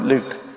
Luke